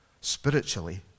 spiritually